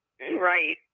Right